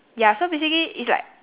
ya so basically it's like